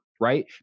right